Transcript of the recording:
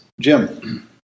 Jim